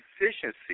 efficiency